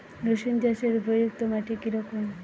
রুসুন চাষের উপযুক্ত মাটি কি রকম?